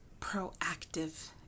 proactive